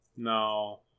No